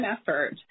effort